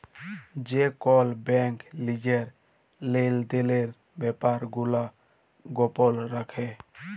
যে কল ব্যাংক লিজের লেলদেলের ব্যাপার গুলা গপল রাখে